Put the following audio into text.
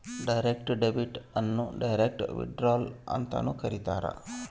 direct debit ಅನ್ನು direct withdrawal ಅಂತನೂ ಕರೀತಾರ